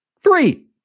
Three